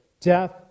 death